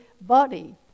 body